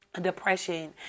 depression